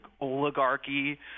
oligarchy